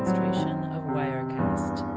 kind of wirecast